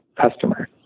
customer